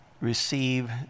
receive